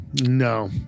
No